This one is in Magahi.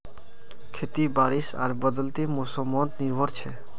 खेती बारिश आर बदलते मोसमोत निर्भर छे